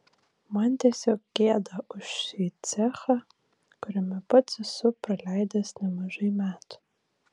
man tiesiog gėda už šį cechą kuriame pats esu praleidęs nemažai metų